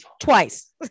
twice